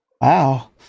Wow